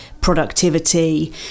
productivity